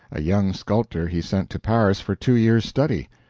a young sculptor he sent to paris for two years' study.